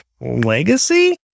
legacy